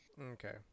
Okay